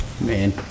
Man